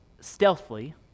stealthily